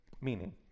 Meaning